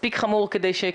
אלקטרוניות,